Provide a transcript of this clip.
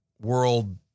world